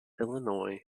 illinois